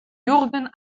jürgen